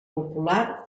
popular